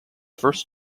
first